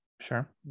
Sure